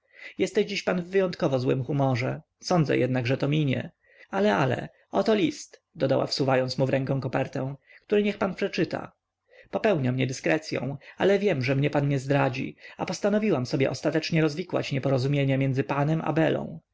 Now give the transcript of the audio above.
jesteś pan dziś w wyjątkowo złym humorze sądzę jednak że to minie ale ale oto list dodała wsuwając mu w rękę kopertę który niech pan przeczyta popełniam niedyskrecyą ale wiem że mnie pan nie zdradzi a postanowiłam sobie ostatecznie rozwikłać nieporozumienie między panem i